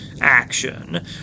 action